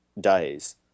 days